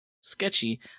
sketchy